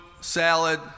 salad